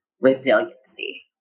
resiliency